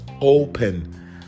open